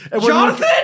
Jonathan